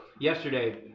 Yesterday